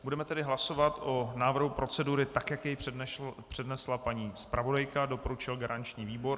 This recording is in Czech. Budeme tedy hlasovat o návrhu procedury, jak jej přednesla paní zpravodajka a doporučil garanční výbor.